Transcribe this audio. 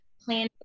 plan